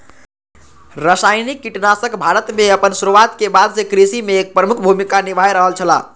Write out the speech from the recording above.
रासायनिक कीटनाशक भारत में आपन शुरुआत के बाद से कृषि में एक प्रमुख भूमिका निभाय रहल छला